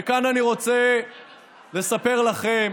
וכאן אני רוצה לספר לכם